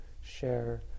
share